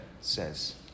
says